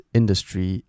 industry